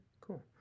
cool